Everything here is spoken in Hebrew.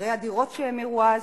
מחירי הדירות שהאמירו אז.